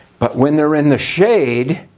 but when they're in the shade